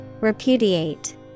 Repudiate